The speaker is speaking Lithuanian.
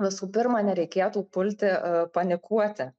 visų pirma nereikėtų pulti panikuoti